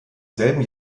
selben